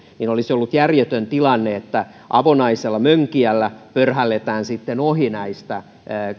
niin olisi ollut järjetön tilanne että avonaisella mönkijällä pörhälletään sitten ohi näistä